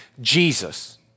Jesus